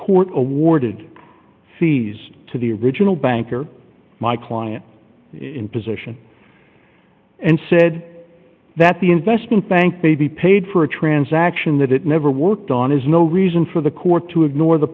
court awarded fees to the original bank or my client in position and said that the investment bank may be paid for a transaction that it never worked on is no reason for the court to ignore the